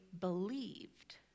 believed